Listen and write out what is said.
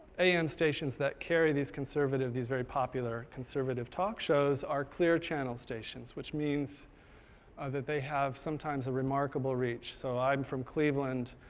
am stations that carry these conservative, these very popular conservative talk shows are clear-channel stations, which means that they have sometimes a remarkable reach. so i'm from cleveland,